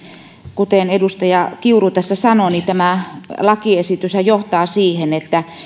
kuten edustaja kiuru tässä sanoi niin tämä lakiesityshän johtaa siihen että